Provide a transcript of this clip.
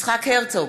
יצחק הרצוג,